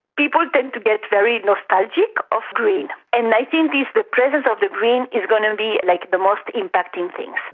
people tend to get very nostalgic of green. and i think the but presence of the green is going to be like the most impacting thing.